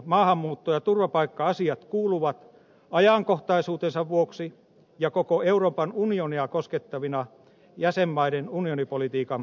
maahanmuutto ja turvapaikka asiat kuuluvat ajankohtaisuutensa vuoksi ja koko euroopan unionia koskettavina jäsenmaiden unionipolitiikan painopisteisiin